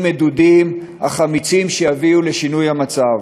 מדודים אך אמיצים שיביאו לשינוי המצב.